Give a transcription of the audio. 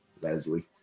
Leslie